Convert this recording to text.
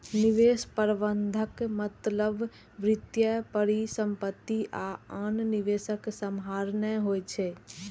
निवेश प्रबंधनक मतलब वित्तीय परिसंपत्ति आ आन निवेश कें सम्हारनाय होइ छै